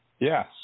Yes